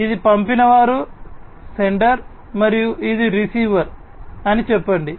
ఇది పంపినవారు అని చెప్పండి